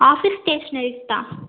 office ஸ்டேஷனரிஸ்க்கு தான்